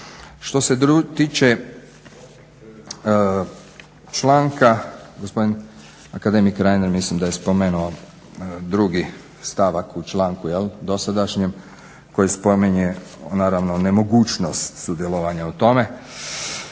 Što se tiče članka, gospodin akademik Reiner mislim da je spomenuo 2.stavak u članku dosadašnjem koji spominje naravno nemogućnost sudjelovanja u tome,